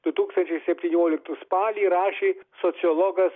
du tūkstančiai septynioliktų spalį rašė sociologas